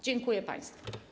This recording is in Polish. Dziękuję państwu.